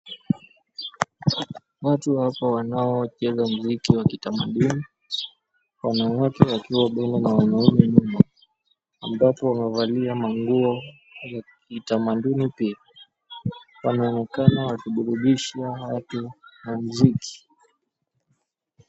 Watu wapo wanaocheza mziki wa kitamaduni, wanawake wakiwa mbele na wanaume nyuma ambapo wamevalia manguo ya kitamaduni pia. Wanaonekana wakiburudisha watu na mziki.